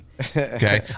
Okay